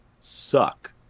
suck